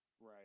Right